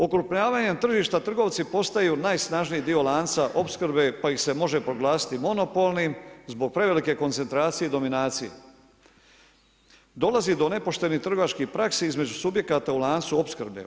Okrupnjavanjem tržišta trgovci postaju najsnažniji dio lanca opskrbe pa ih se može proglasiti monopolnim zbog velike koncentracije i dominacije, dolazi do nepoštenih trgovačkih praksi između subjekata u lancu opskrbe.